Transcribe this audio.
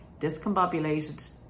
discombobulated